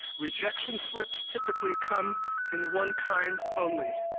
rejection slips typically come in one kind only,